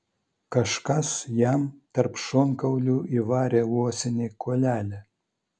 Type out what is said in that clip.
kažkas jam tarp šonkaulių įvarė uosinį kuolelį